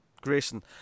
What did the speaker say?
Grayson